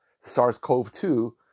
SARS-CoV-2